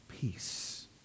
peace